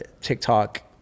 TikTok